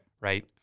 Right